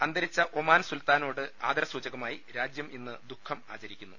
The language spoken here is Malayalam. അന്തരിച്ച ഒമാൻ സുൽത്താനോട് ആദരസൂചകമായി രാജ്യം ഇന്ന് ദുഃഖം ആചരിക്കുന്നു